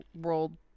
world